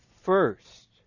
first